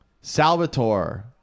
Salvatore